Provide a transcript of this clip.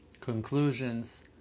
conclusions